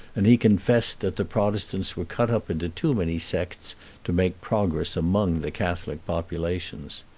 and he confessed that the protestants were cut up into too many sects to make progress among the catholic populations.